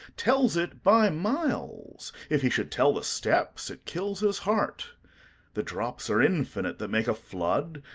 tells it by miles if he should tell the steps, it kills his heart the drops are infinite, that make a flood,